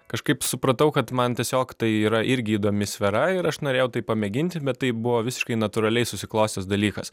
kažkaip supratau kad man tiesiog tai yra irgi įdomi sfera ir aš norėjau tai pamėginti bet tai buvo visiškai natūraliai susiklostęs dalykas